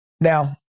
Now